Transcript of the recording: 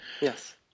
yes